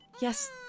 Yes